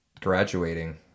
graduating